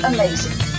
Amazing